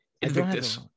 Invictus